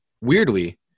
weirdly